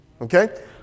Okay